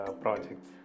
project